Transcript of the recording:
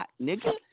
nigga